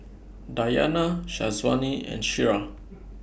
Dayana Syazwani and Syirah